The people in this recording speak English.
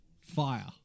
Fire